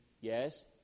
yes